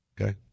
Okay